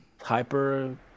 hyper